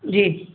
جی